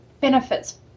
benefits